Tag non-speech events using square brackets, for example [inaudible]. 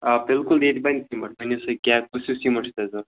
آ بِکُل ییٚتہِ بنہِ سیٖمٮ۪نٛٹ ؤنِو سا کیٛاہ کُس ہیوٗ سیٖمٮ۪نٛٹ چھُو تۄہہِ [unintelligible]